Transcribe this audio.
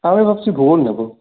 আমি ভাবছি ভূগোল নেবো